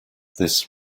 this